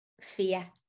fear